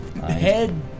head